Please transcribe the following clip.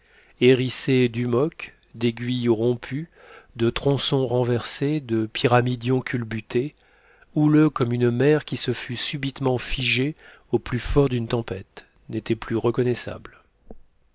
hérissé d'hummocks d'aiguilles rompues de tronçons renversés de pyramidions culbutés houleux comme une mer qui se fût subitement figée au plus fort d'une tempête n'était plus reconnaissable